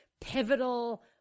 pivotal